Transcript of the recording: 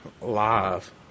live